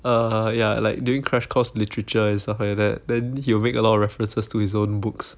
err ya like during crash course literature and stuff like that then he will make a lot of references to his own books